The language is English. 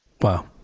Wow